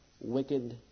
wicked